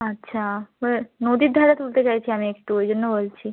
আচ্ছা হ্যাঁ নদীর ধারে তুলতে চাইছি আমি একটু ওই জন্য বলছি